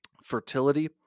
fertility